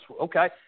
okay